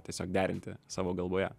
tiesiog derinti savo galvoje